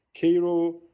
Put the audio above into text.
Cairo